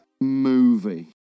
movie